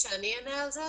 אני אענה על זה.